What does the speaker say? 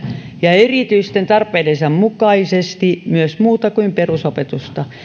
ja erityisten tarpeidensa mukaisesti myös muuta kuin perusopetusta